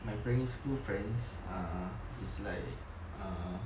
my primary school friends err it's like err